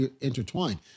intertwined